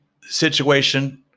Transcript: situation